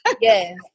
Yes